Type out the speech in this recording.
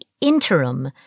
interim